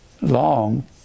long